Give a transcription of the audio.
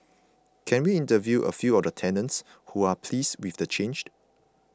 can we interview a few of the tenants who are pleased with the changed